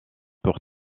pour